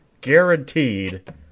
guaranteed